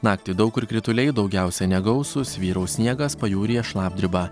naktį daug kur krituliai daugiausiai negausūs vyraus sniegas pajūryje šlapdriba